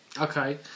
okay